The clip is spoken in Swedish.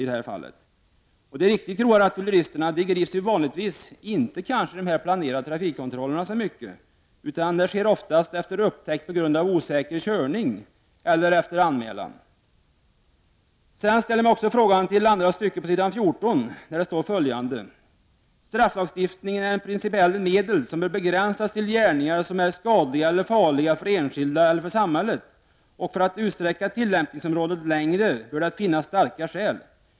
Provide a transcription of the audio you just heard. De som gjort sig skyldiga till riktigt grova rattfylleribrott grips vanligen inte i planerade trafikkontroller utan oftast efter upptäckt på grund av osäker körning eller efter anmälan. Jag ställer mig också frågande till andra stycket på s. 14, där det står följande: ”Strafflagstiftning är i princip ett medel som bör begränsas till gärningar som är klart skadliga eller farliga för enskilda eller för samhället, och för att utsträcka tillämpningsområdet längre bör det finnas mycket starka skäl.